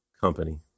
Company